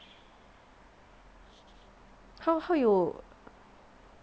how how you